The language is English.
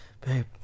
babe